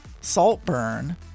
Saltburn